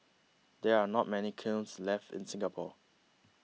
there are not many kilns left in Singapore